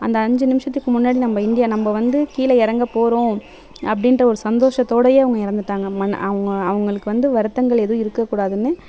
அந்த அஞ்சு நிமிஷத்துக்கு முன்னாடி நம்ம இந்தியா நம்ம வந்து கீழே இறங்க போகிறோம் அப்படின்ற ஒரு சந்தோஷத்தோடயே அவங்க இறந்துட்டாங்க அவங்க அவங்களுக்கு வந்து வருத்தங்கள் எதுவும் இருக்கக்கூடாதுனு